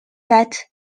that